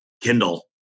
Kindle